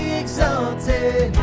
exalted